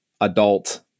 adult